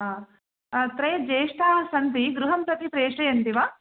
त्रयः ज्येष्ठाः सन्ति गृहं प्रति प्रेषयन्ति वा